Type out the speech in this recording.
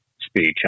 speech